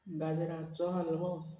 गाजराचो हलवो